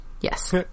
Yes